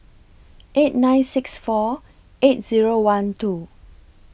eight nine six four eight Zero one two